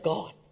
God